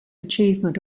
achievement